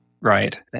Right